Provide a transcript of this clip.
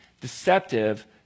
deceptive